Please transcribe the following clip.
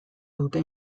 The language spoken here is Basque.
dute